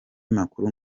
makuru